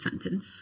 sentence